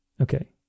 Okay